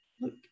look